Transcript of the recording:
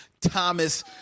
Thomas